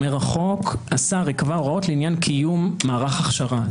אומר החוק: השר יקבע הוראות לעניין קיום מערך הכשרה.